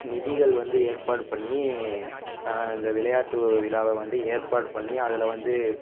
நிதிகள் வந்து ஏற்பாடு பண்ணி இந்த விளையாட்டு விழாவை வந்து ஏற்பாடு பண்ணி அதில் வந்து